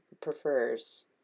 prefers